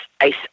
ice